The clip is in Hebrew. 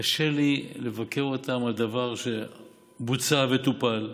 קשה לי לבקר אותם על דבר שבוצע וטופל.